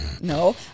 No